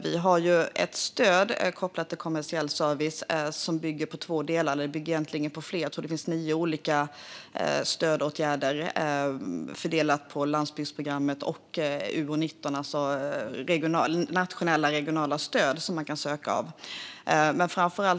Vi har ett stöd kopplat till kommersiell service som bygger på två delar, eller egentligen fler; jag tror att det finns nio olika stödåtgärder fördelade på landsbygdsprogrammet och utgiftsområde 19, det vill säga nationella regionala stöd som kan sökas.